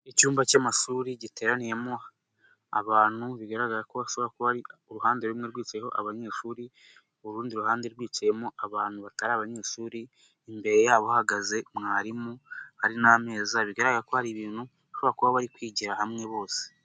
Icyumba cy'amashuri giteraniyemo abantu bigaragara ko bishobora kuba ari uruhande rumwe rwicayeho abanyeshuri urundi ruhande rwicayemo abantu batari abanyeshuri imbere yabo hahagaze mwarimu hari n'ameza abiri bigaragara ko hari ibintu bashobora kuba bari kwigira hamwe bose.